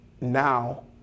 Now